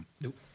Nope